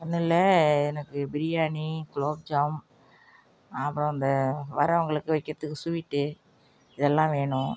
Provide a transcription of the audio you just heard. ஒன்றும் இல்லை எனக்கு பிரியாணி குலோப்ஜாம் அப்புறம் அந்த வரவங்களுக்கு வைக்கிறதுக்கு ஸ்வீட் இதெல்லாம் வேணும்